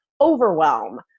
overwhelm